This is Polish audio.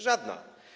Żadna.